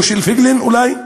או של פייגלין אולי.